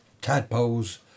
tadpoles